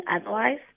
otherwise